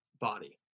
body